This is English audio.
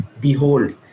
Behold